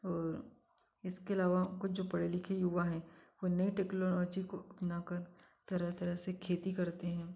और इसके अलावा कुछ जो पढ़े लिखे युवा हैं वह नई टेक्नोलॉजी को अपना कर तरह तरह से खेती करते हैं